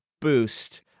boost